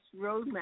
roadmap